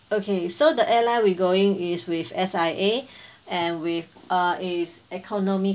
okay so the airline we going is with S_I_A and with uh it's economy